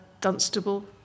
Dunstable